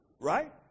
Right